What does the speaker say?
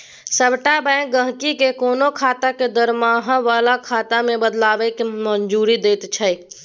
सभटा बैंक गहिंकी केँ कोनो खाता केँ दरमाहा बला खाता मे बदलबाक मंजूरी दैत छै